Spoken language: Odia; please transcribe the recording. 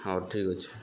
ହଉ ଠିକ୍ ଅଛେ